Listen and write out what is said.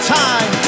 time